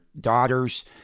daughters